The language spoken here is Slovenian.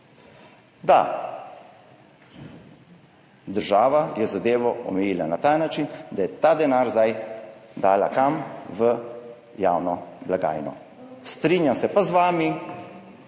Da, država je zadevo omejila na ta način, da je ta denar zdaj dala – kam? V javno blagajno. Strinjam se pa z vami,